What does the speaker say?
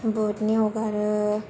भुटनि हगारो